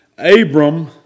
Abram